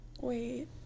Wait